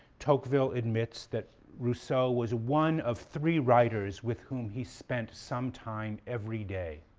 tocqueville admits that rousseau was one of three writers with whom he spent some time every day.